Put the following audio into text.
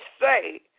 say